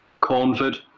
cornford